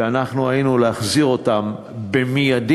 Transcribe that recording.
שאנחנו ראינו להחזיר אותם "במיידי",